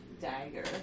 dagger